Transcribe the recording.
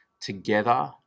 together